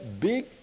big